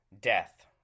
Death